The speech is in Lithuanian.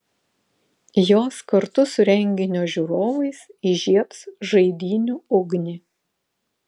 jos kartu su renginio žiūrovais įžiebs žaidynių ugnį